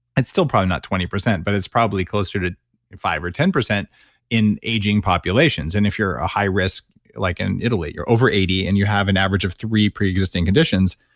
it's still probably not twenty percent but it's probably closer to five or ten in aging populations and if you're a high risk, like in italy, you're over eighty and you have an average of three preexisting conditions.